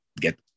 get